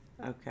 Okay